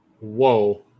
Whoa